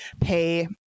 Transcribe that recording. pay